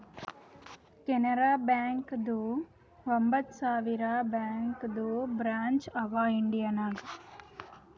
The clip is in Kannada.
ಕೆನರಾ ಬ್ಯಾಂಕ್ದು ಒಂಬತ್ ಸಾವಿರ ಬ್ಯಾಂಕದು ಬ್ರ್ಯಾಂಚ್ ಅವಾ ಇಂಡಿಯಾ ನಾಗ್